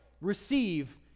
receive